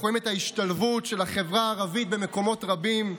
אנחנו רואים את ההשתלבות של החברה הערבית במקומות רבים,